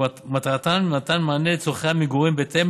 שמטרתן מתן מענה על צורכי המגורים בהתאם